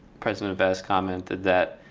president vest commented that